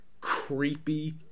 creepy